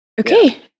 Okay